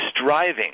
striving